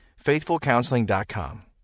FaithfulCounseling.com